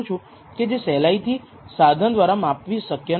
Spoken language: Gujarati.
કે જે સહેલાઇથી સાધન દ્વારા માપવી શક્ય નથી